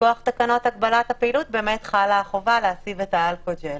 מכוח תקנות הגבלת הפעילות באמת חלה החובה להציב את האלכוג'ל.